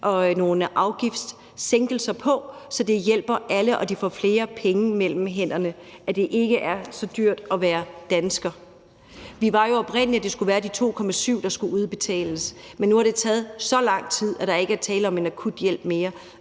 nogle afgiftslettelser, så det hjælper alle og man får flere penge mellem hænderne, så det ikke er så dyrt at være dansker. Vi mente jo oprindelig, at det var 2,7 mia. kr., der skal udbetales, men nu har det taget så lang tid, at der ikke er tale om en akuthjælp mere.